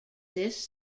this